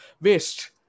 waste